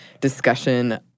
discussion